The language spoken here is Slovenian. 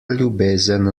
ljubezen